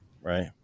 right